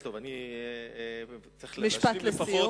אני צריך להשלים לפחות.